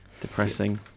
Depressing